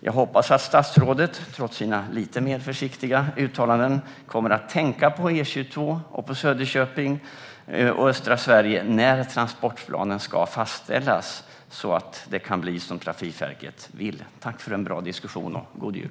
Jag hoppas att statsrådet trots sina lite mer försiktiga uttalanden kommer att tänka på E22 och på Söderköping och östra Sverige när transportplanen ska fastställas så att det kan bli som Trafikverket vill. Tack för en bra diskussion och god jul!